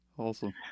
awesome